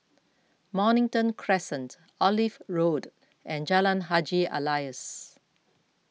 Mornington Crescent Olive Road and Jalan Haji Alias